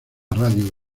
radio